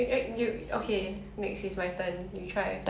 一个笨的女人